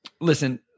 Listen